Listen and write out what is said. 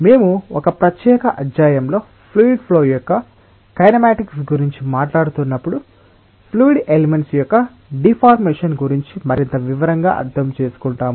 మేము ఒక ప్రత్యేక అధ్యాయంలో ఫ్లూయిడ్ ఫ్లో యొక్క కైనెమ్యటిక్స్ గురించి మాట్లాడుతున్నప్పుడు ఫ్లూయిడ్ ఎలిమెంట్స్ యొక్క డిఫార్మేషన్ గురించి మరింత వివరంగా అర్థం చేసుకుంటాము